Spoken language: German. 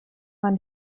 man